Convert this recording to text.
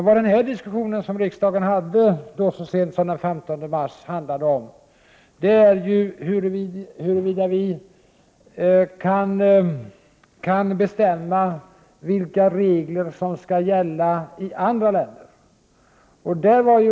Vad den diskussion som riksdagen hade så sent som den 15 mars handlade om var huruvida vi kan bestämma vilka regler som skall gälla i andra länder.